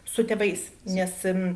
su tėvais nes